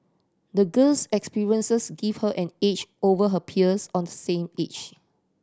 the girl's experiences gave her an edge over her peers of the same age